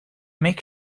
make